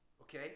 Okay